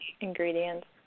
ingredients